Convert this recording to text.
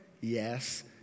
Yes